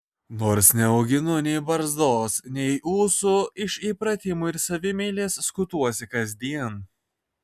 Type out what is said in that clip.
nors neauginu nei barzdos nei ūsų iš įpratimo ir savimeilės skutuosi kasdien